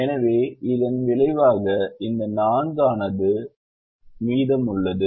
எனவே இதன் விளைவாக இந்த 4 ஆனது 4 ஆக மீதமுள்ளது